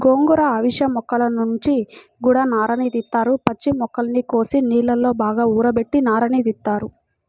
గోంగూర, అవిశ మొక్కల నుంచి గూడా నారని తీత్తారు, పచ్చి మొక్కల్ని కోసి నీళ్ళలో బాగా ఊరబెట్టి నారని తీత్తారు